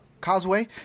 Causeway